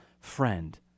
friend